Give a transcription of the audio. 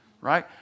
right